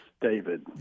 David